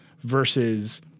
versus –